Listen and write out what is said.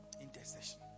Intercession